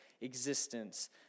existence